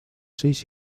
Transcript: seis